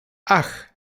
ach